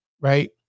right